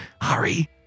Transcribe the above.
Hurry